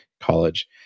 college